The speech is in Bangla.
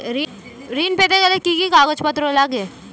ঋণ পেতে গেলে কি কি কাগজপত্র লাগে?